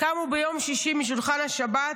קמו ביום שישי משולחן השבת,